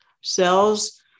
Cells